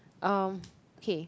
um okay